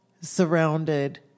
surrounded